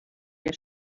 der